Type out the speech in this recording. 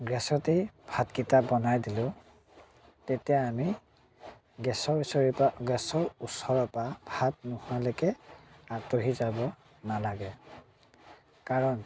গেছতেই ভাতকেইটা বনাই দিলোঁ তেতিয়া আমি গেছৰ চৰুৰ পৰা গেছৰ ওচৰৰ পৰা ভাত নোহোৱালৈকে আঁতৰি যাব নালাগে কাৰণ